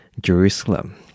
Jerusalem